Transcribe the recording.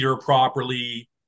properly